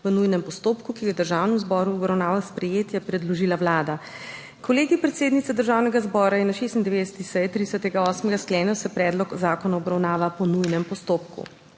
v nujnem postopku, ki ga je Državnemu zboru v obravnavo sprejetje predložila Vlada. Kolegij predsednice Državnega zbora je na 26. seji 30. 8. sklenil, se predlog zakona obravnava po nujnem postopku.